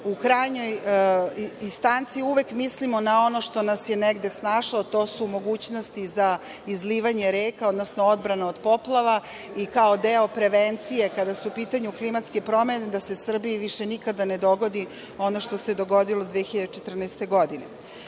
u krajnjoj instanci uvek mislimo na ono što nas je negde snašlo, a to su mogućnosti za izlivanje reka, odnosno odbrana od poplava i kao deo prevencije kada su u pitanju klimatske promene da se Srbiji više nikada ne dogodi ono što se dogodilo 2014.